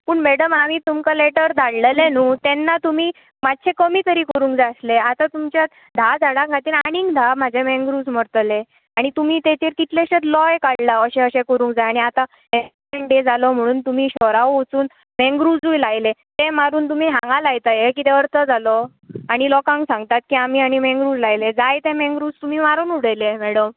पूण मॅडम आमी तुमकां लॅटर धाडलेलें न्हय तेन्ना तुमी मात्शें कमी तरी करूंक जाय आसलें आतां तुमच्या धा झाडां खातीर आनी धा म्हजे मँग्रुव्ज मरतले आनी तुमी ताचेर कितलेशेच लॉय काडला अशें अशें करूंक जाय आनी आतां एनवायरमँट डे जालो म्हणून तुमी शोराव वचून मँग्रुव्जूय लायले ते मारून तुमी हांगां लायता हें कितें अर्थ जालो आनी लोकांक सांगतात की आमी आनी मँग्रुव्ज लायले जाय ते मँग्रुव्ज तुमी मारून उडयले मॅडम